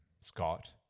Scott